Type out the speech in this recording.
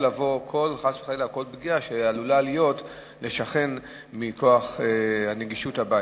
לבוא כל פגיעה שעלולה חס וחלילה להיות לשכן מכוח נגישות הבית.